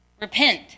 Repent